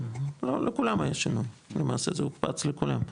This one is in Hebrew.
לכולם היה שינוי, למעשה, זה הוקפץ לכולם.